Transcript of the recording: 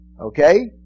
Okay